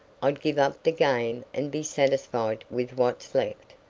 i'd give up the game and be satisfied with what's left.